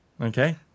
Okay